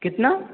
کتنا